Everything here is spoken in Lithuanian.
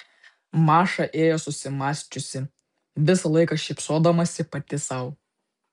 maša ėjo susimąsčiusi visą laiką šypsodamasi pati sau